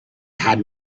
had